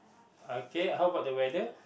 okay how about the weather